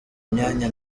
imyanya